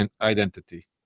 identity